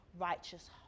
righteous